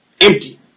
empty